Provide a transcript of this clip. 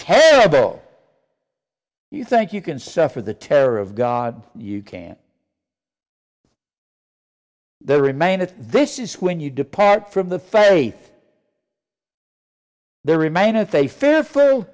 tell you thank you can suffer the terror of god you can remain that this is when you depart from the faith they remain if they fear for